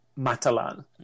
Matalan